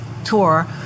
Tour